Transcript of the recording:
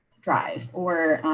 drive or